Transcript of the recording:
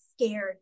scared